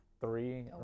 three